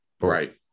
right